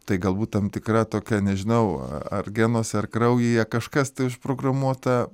tai galbūt tam tikra tokia nežinau ar genuose ar kraujyje kažkas tai užprogramuota